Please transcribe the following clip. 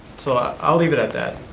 so i'll leave it at that,